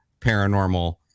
paranormal –